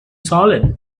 solid